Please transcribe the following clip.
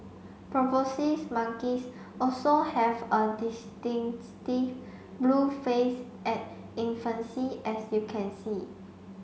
proboscis monkeys also have a distinctive blue face at infancy as you can see